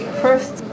first